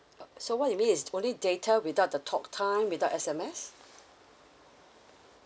uh so what you mean is only data without the talk time without S_M_S